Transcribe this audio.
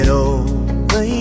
over